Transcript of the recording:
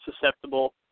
susceptible